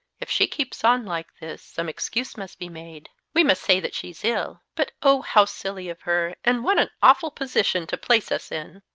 if she keeps on like this some excuse must be made. we must say that she's ill. but oh, how silly of her and what an awful position to place us in!